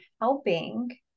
helping